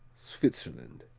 switzerland